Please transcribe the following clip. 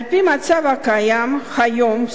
על-פי המצב הקיים היום,